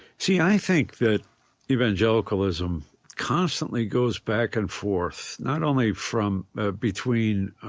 see, i think that evangelicalism constantly goes back and forth not only from ah between